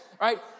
right